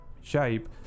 shape